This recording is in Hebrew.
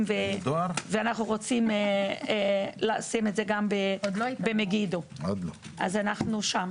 ואנחנו רוצים לשים את זה גם במגידו, אז אנחנו שם